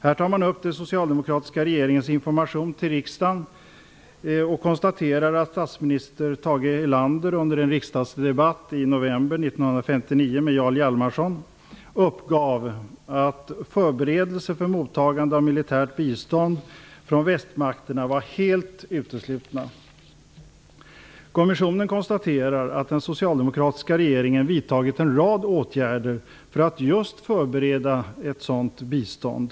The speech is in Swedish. Här tar man upp den socialdemokratiska regeringens information till riksdagen och konstaterar att statsminister Tage Erlander under en riksdagsdebatt med Jarl Hjalmarsson i november 1959 uppgav att förberedelse för mottagande av militärt bistånd från västmakterna var helt uteslutet. Kommissionen konstaterar att den socialdemokratiska regeringen har vidtagit en rad åtgärder för att förbereda ett sådant bistånd.